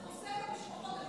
מאוד חשוב, זה חוסך למשפחות.